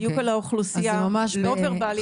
בדיוק על האוכלוסייה הלא וורבלית.